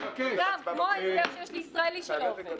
כמו ההסדר שיש לישראלי שלא עובד.